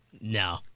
No